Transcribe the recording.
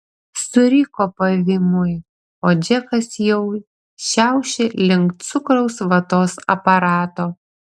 suriko pavymui o džekas jau šiaušė link cukraus vatos aparato